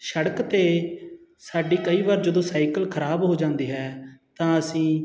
ਸ਼ੜਕ 'ਤੇ ਸਾਡੀ ਕਈ ਵਾਰ ਜਦੋਂ ਸਾਈਕਲ ਖਰਾਬ ਹੋ ਜਾਂਦੀ ਹੈ ਤਾਂ ਅਸੀਂ